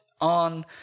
on